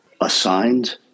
assigned